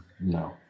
no